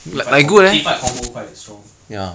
team fight com~ team fight combo quite strong